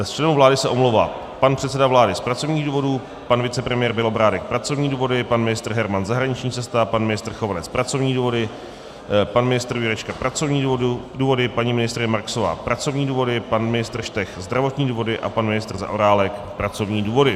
Z členů vlády se omlouvá pan předseda vlády z pracovních důvodů, pan vicepremiér Bělobrádek pracovní důvody, pan ministr Herman zahraniční cesta, pan ministr Chovanec pracovní důvody, pan ministr Jurečka pracovní důvody, paní ministryně Marksová pracovní důvody, pan ministr Štech zdravotní důvody a pan ministr Zaorálek pracovní důvody.